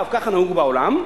ככה גם נהוג בעולם,